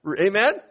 amen